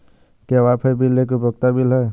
क्या wifi bill एक उपयोगिता बिल है?